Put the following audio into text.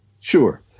Sure